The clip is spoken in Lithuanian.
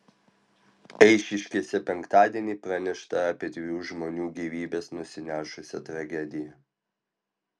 eišiškėse penktadienį pranešta apie dviejų žmonių gyvybes nusinešusią tragediją